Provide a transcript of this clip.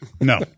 no